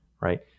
right